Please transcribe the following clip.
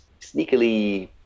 sneakily